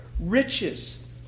Riches